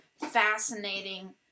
fascinating